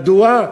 מדוע?